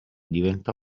diventò